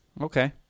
Okay